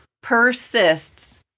persists